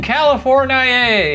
California